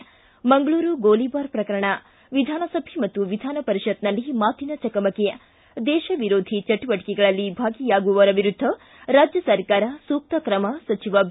ಿ ಮಂಗಳೂರು ಗೋಲಿಬಾರ್ ಪ್ರಕರಣ ವಿಧಾನಸಭೆ ಮತ್ತು ವಿಧಾನ ಪರಿಷತ್ನಲ್ಲಿ ಮಾತಿನ ಚಕಮಕಿ ಿ ದೇಶ ವಿರೋಧ ಚಟುವಟಿಕೆಗಳಲ್ಲಿ ಭಾಗಿಯಾಗಿರುವವರ ವಿರುದ್ದ ರಾಜ್ಯ ಸರ್ಕಾರ ಸೂಕ್ತ ಕ್ರಮ ಸಚಿವ ಬಿ